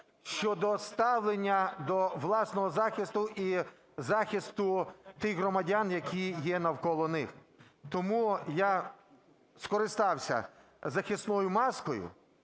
щодо ставлення до власного захисту і захисту тих громадян, які є навколо них. Тому я скористався захисною маскою,